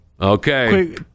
okay